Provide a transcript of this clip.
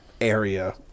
area